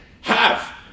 half